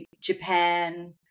japan